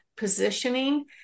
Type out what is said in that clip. positioning